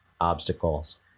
obstacles